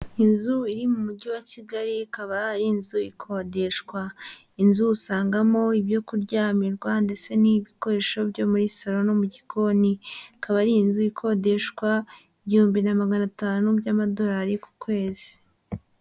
Inzu iri mu Mujyi wa Kigali ikaba ari inzu ikodeshwa. Inzu usangamo ibyo kuryamirwa ndetse n'ibikoresho byo muri salo no mu gikoni. Ikaba ari inzu ikodeshwa igihumbi na magana atanu by'amadorari ku kwezi.